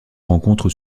rencontre